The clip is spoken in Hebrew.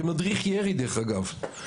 כמדריך ירי דרך אגב,